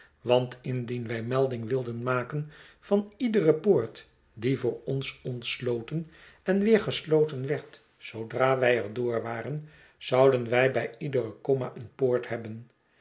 want indien wij melding wilden maken van iedere poort die voor ons ontsloten en weer gesloten werd zoodra wij er door waren zouden wij bij iedere komma een poort hebben